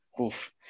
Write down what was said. Oof